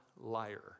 liar